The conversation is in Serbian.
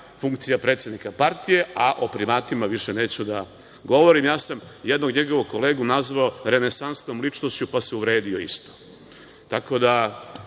funkcija predsednika partije, a o primatima više neću da govorim. Ja sam jednog njegovog kolegu nazvao – renesansnom ličnošću, pa se uvredio isto. Tako da,